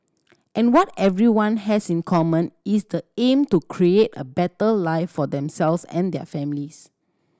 and what everyone has in common is the aim to create a better life for themselves and their families